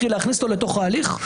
כדי להכניסו להליך.